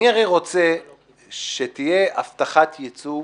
אני הרי רוצה שתהיה הבטחת ייצוג